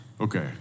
Okay